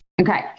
Okay